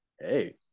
Hey